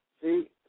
See